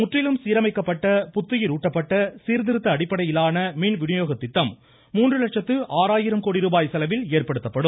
முற்றிலும் சீரமைக்கப்பட்ட புத்துயிர் ஊட்டப்பட்ட சீர்திருத்த அடிப்படையிலான மின் விநியோக திட்டம் மூன்று லட்சத்து ஆறாயிரம் கோடி ருபாய் செலவில் ஏற்படுத்தப்படும்